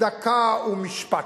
צדקה ומשפט.